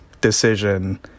decision